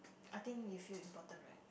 I think you feel important right